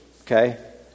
okay